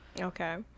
Okay